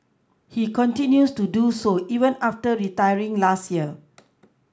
he continues to do so even after retiring last year